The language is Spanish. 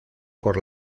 por